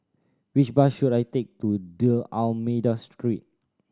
which bus should I take to D'Almeida Street